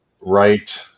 Right